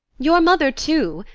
your mother too.